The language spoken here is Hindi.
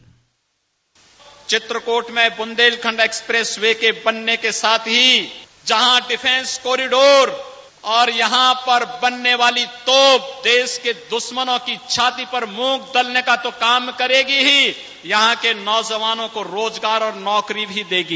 बाइट चित्रकूट में ब्रन्देलखंड एक्सपेस वे के बनने के साथ ही जहां डिफेंस कॉरिडोर और यहां पर बनने वाली तोप देश के दुश्मनों की छाती पर मूंग दलने का तो काम करेगी ही यहां के नौजवानों को रोजगार और नौकरी भी देगी